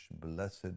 blessed